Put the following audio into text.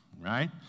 right